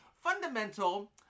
fundamental